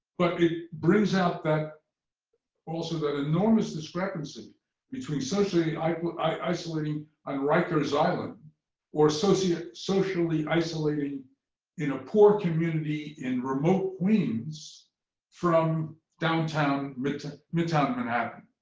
but it brings out also that enormous discrepancy between socially i mean isolating on rikers island or socially ah socially isolating in a poor community in remote queens from downtown midtown midtown manhattan,